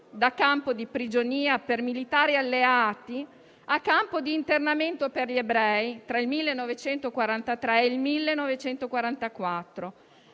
da campo di prigionia per militari alleati a campo di internamento per gli ebrei tra il 1943 e il 1944.